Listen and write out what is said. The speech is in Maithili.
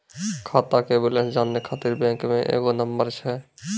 खाता के बैलेंस जानै ख़ातिर बैंक मे एगो नंबर छै?